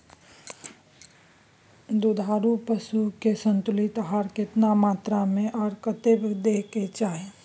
दुधारू पशुओं के संतुलित आहार केतना मात्रा में आर कब दैय के चाही?